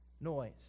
Noise